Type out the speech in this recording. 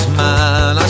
man